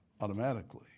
automatically